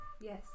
Yes